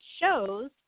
shows